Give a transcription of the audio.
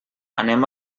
anem